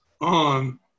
on